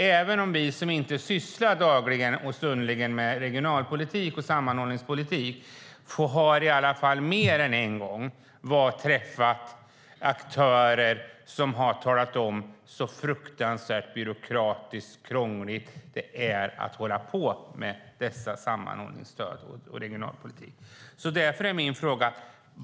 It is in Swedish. Även vi som inte dagligen och stundligen sysslar med regionalpolitik och sammanhållningspolitik har i alla fall mer än en gång träffat aktörer som har talat om hur fruktansvärt byråkratiskt och krångligt det är att hålla på med sammanhållningsstöden och regionalpolitiken.